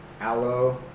Aloe